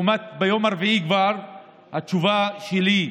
כבר ביום הרביעי התשובה שלי,